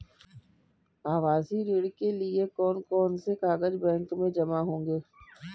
आवासीय ऋण के लिए कौन कौन से कागज बैंक में जमा होंगे?